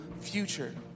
future